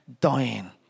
dying